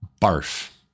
barf